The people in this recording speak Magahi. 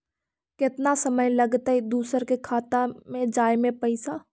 केतना समय लगतैय दुसर के खाता में जाय में पैसा?